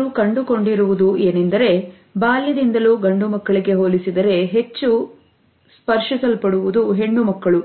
ಅವರು ಕಂಡುಕೊಂಡಿರುವುದು ಏನೆಂದರೆ ಬಾಲ್ಯದಿಂದಲೂ ಗಂಡುಮಕ್ಕಳಿಗೆ ಹೋಲಿಸಿದರೆ ಹೆಚ್ಚು ಸ್ಪರ್ಶ ಸ್ವಲ್ಪ ಡುವುದು ಹೆಣ್ಣುಮಕ್ಕಳು